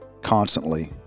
constantly